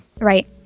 Right